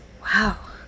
Wow